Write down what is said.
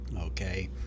okay